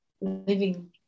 living